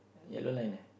yellow line leh